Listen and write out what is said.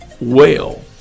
Whale